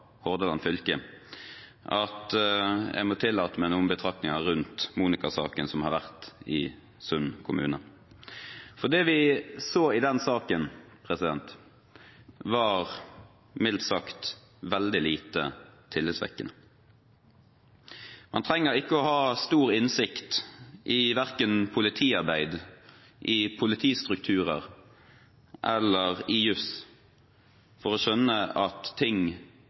Hordaland fylke at jeg må tillate meg noen betraktninger rundt Monika-saken som har vært i Sund kommune. Det vi så i den saken, var mildt sagt veldig lite tillitvekkende. Man trenger ikke å ha stor innsikt i verken politiarbeid, i politistrukturer eller i jus for å skjønne at ting